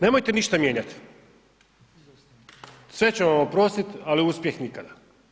Nemojte ništa mijenjat, sve ćemo vam oprostit ali uspjeh ikada.